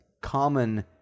common